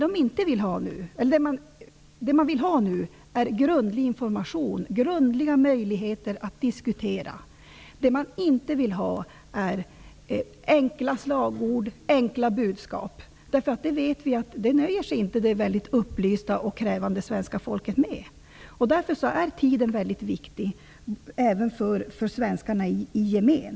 Det människor vill ha nu är grundlig information, grundliga möjligheter att diskutera. Det man inte vill ha är enkla slagord, enkla budskap. Vi vet nämligen att det mycket upplysta och krävande svenska folket inte nöjer sig med det. Därför är tiden väldigt viktig även för svenskarna i gemen.